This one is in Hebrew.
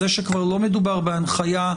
זה שכבר לא מדובר על הנחיה,